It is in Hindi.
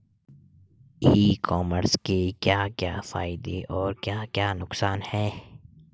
ई कॉमर्स के क्या क्या फायदे और क्या क्या नुकसान है?